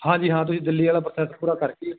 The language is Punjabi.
ਹਾਂਜੀ ਹਾਂ ਤੁਸੀਂ ਦਿੱਲੀ ਵਾਲਾ ਪ੍ਰੋਸੈਸ ਪੂਰਾ ਕਰਕੇ